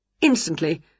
Instantly